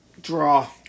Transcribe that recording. Draw